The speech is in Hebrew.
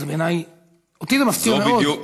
אותי זה מפתיע מאוד.